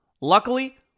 Luckily